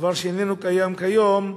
דבר שאיננו קיים כיום,